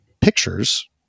pictures